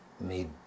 made